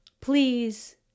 please